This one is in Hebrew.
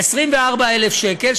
24,000 שקל,